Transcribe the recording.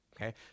okay